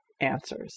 answers